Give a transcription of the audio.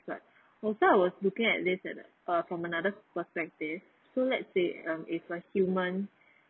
but I was looking at this at a uh from another perspective so let's say um if a human